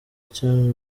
cyami